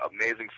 amazing